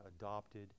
adopted